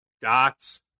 dots